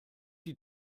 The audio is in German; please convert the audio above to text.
die